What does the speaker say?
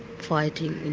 fighting, you